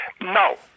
No